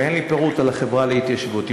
ואין לי פירוט על החטיבה להתיישבות.